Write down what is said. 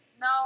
no